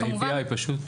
ABI, פשוט.